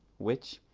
which,